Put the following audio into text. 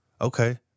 Okay